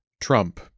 Trump